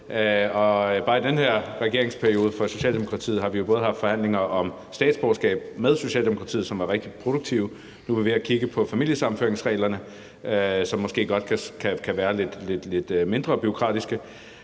i den her regeringsperiode med Socialdemokratiet har vi haft forhandlinger om statsborgerskab med Socialdemokratiet, og de var rigtig produktive. Nu er vi ved at kigge på familiesammenføringsreglerne, som måske godt kan være lidt mindre bureaukratiske.